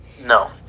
No